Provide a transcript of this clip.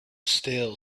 stale